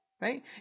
right